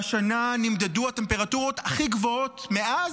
השנה נמדדו הטמפרטורות הכי גבוהות מאז